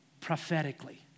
prophetically